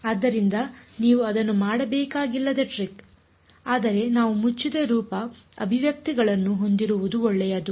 ಆದ್ದರಿಂದ ನೀವು ಅದನ್ನು ಮಾಡಬೇಕಾಗಿಲ್ಲದ ಟ್ರಿಕ್ ಆದರೆ ನಾವು ಮುಚ್ಚಿದ ರೂಪ ಅಭಿವ್ಯಕ್ತಿಗಳನ್ನು ಹೊಂದಿರುವುದು ಒಳ್ಳೆಯದು